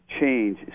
change